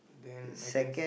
then I can